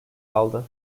aldı